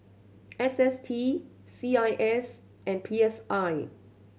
S S T C I S and P S I